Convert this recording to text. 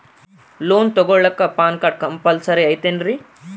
Loan ತೊಗೊಳ್ಳಾಕ PAN card compulsory ಐಯ್ತೇನ್ರಿ?